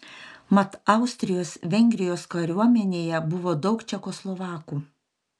mat austrijos vengrijos kariuomenėje buvo daug čekoslovakų